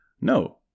No